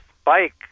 spike